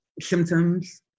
symptoms